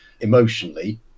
emotionally